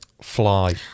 fly